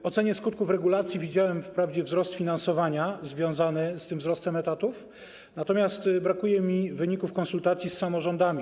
W ocenie skutków regulacji widziałem wprawdzie wzrost finansowania związany z tym wzrostem etatów, natomiast brakuje mi wyników konsultacji z samorządami.